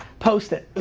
post it.